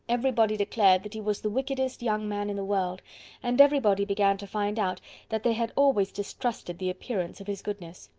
everybody declared that he was the wickedest young man in the world and everybody began to find out that they had always distrusted the appearance of his goodness.